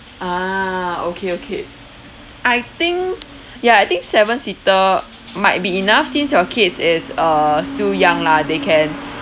ah okay okay I think ya I think seven seater might be enough since your kids is uh still young lah they can